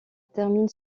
termine